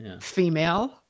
female